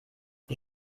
die